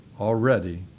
already